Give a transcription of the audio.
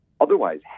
otherwise